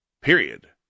period